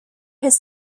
his